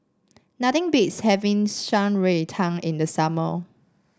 nothing beats having Shan Rui Tang in the summer